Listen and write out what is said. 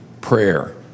prayer